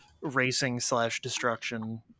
racing-slash-destruction